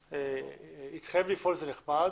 התחייב לפעול, זה נחמד.